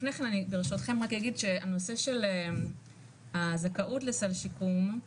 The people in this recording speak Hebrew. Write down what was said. לפני זה אני רק אגיד שהנושא של זכאות לסל שיקום ,